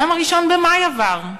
גם 1 במאי עבר,